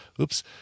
Oops